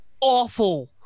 awful